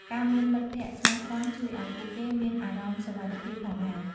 ការមានមិត្តភក្តិស្មោះត្រង់ជួយឱ្យពួកគេមានអារម្មណ៍សុវត្ថិភាពផងដែរ ។